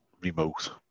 remote